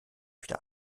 wieder